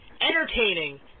entertaining